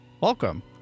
welcome